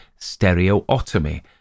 stereotomy